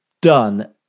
done